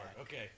Okay